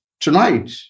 tonight